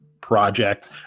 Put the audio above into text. project